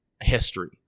history